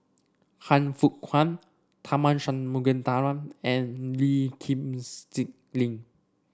Han Fook Kwang Tharman Shanmugaratnam and Lee Kip Lin